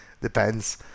Depends